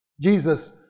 Jesus